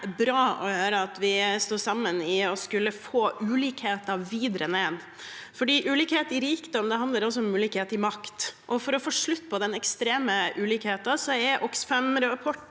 høre at vi står sammen i å skulle få ulikhetene videre ned. Ulikhet i rikdom handler også om ulikhet i makt, og for å få slutt på den ekstreme ulikheten